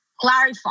clarify